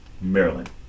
Maryland